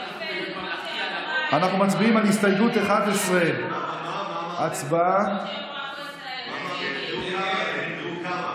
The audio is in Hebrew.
אנחנו מצביעים על הסתייגות 11. הצבעה.